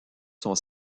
son